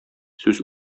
сүз